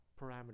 parameter